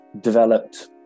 developed